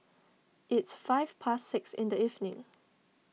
its five past six in the evening